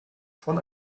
von